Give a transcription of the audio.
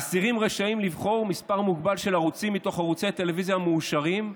האסירים רשאים לבחור מספר ערוצים מוגבל מתוך ערוצי הטלוויזיה המאושרים.